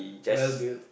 well built